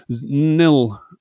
nil